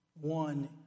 one